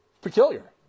Peculiar